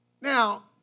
Now